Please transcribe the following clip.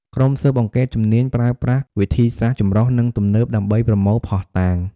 ក្រុមស៊ើបអង្កេតជំនាញប្រើប្រាស់វិធីសាស្រ្តចម្រុះ និងទំនើបដើម្បីប្រមូលភស្តុតាង។